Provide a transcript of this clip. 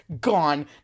gone